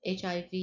hiv